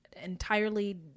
entirely